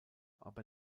aber